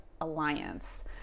Alliance